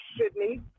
Sydney